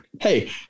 Hey